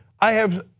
i have